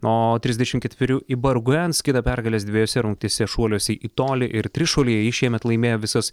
o trisdešimt ketverių ibarguens skina pergales dvejose rungtyse šuoliuose į tolį ir trišuolyje ji šiemet laimėjo visas